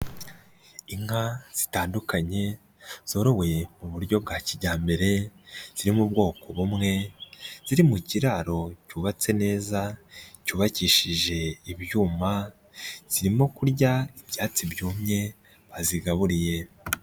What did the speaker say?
Inka zitandukanye zorowe mu buryo bwa kijyambere ziri mu bwoko bumwe ziri mu kiraro cyubatse neza cyubakishije ibyuma, zirimo kurya ibyatsi byumye bazigaburiye.